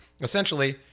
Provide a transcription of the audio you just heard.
essentially